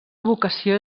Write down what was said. vocació